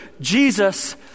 Jesus